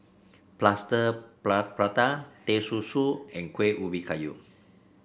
Plaster Prata Teh Susu and Kueh Ubi Kayu